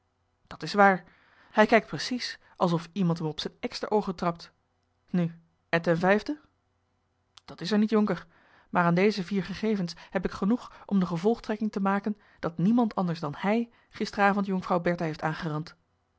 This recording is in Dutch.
dat is waar hij kijkt precies alsof iemand hem op zijne eksteroogen trapt nu en ten vijfde dat is er niet jonker maar aan deze vier gegevens heb ik genoeg om de gevolgtrekking te maken dat niemand anders dan hij gisterenavond jonkvrouw bertha heeft aangerand